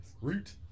Root